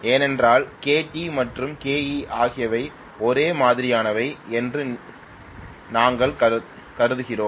ஏனென்றால் Kt மற்றும் Ke ஆகியவை ஒரே மாதிரியானவை என்று நாங்கள் கருதுகிறோம்